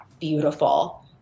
beautiful